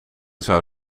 zou